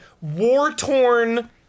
war-torn